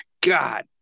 God